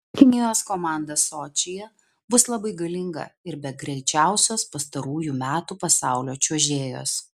kinijos komanda sočyje bus labai galinga ir be greičiausios pastarųjų metų pasaulio čiuožėjos